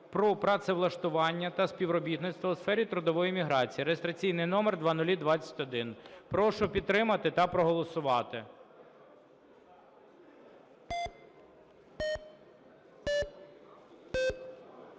про працевлаштування та співробітництво у сфері трудової міграції (реєстраційний номер 0021). Прошу підтримати та проголосувати.